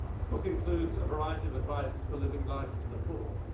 this book includes a variety of advice for living life to the full.